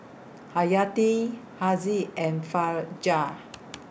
Hayati Haziq and Fajar